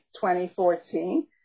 2014